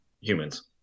humans